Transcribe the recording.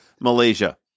Malaysia